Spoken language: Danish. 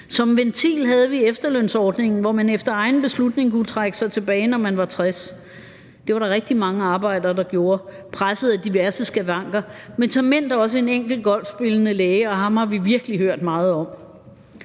Som ventil havde vi efterlønsordningen, hvor man efter egen beslutning kunne trække sig tilbage, når man var 60 år. Det var der rigtig mange arbejdere, der gjorde, presset af diverse skavanker, men såmænd også en enkelt golfspillende læge, og ham har vi virkelig hørt meget om.